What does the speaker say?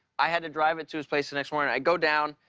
i had to drive it to his place the next morning. i go down,